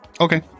okay